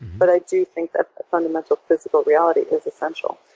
but i do think that a fundamental physical reality is essential.